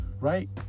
right